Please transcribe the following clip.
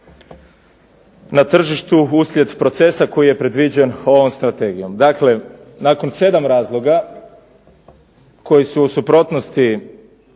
na tržištu uslijed procesa koji je predviđen ovom strategijom. Dakle, nakon 7 razloga koji su u suprotnosti